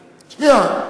שנייה.